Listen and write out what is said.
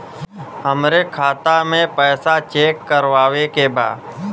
हमरे खाता मे पैसा चेक करवावे के बा?